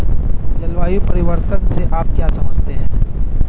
जलवायु परिवर्तन से आप क्या समझते हैं?